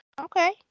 Okay